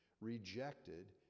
rejected